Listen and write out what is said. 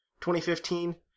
2015